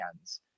hands